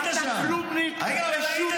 הפנסיות התקציביות, אתה לא מכיר.